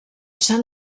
sant